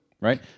Right